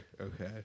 okay